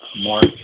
mark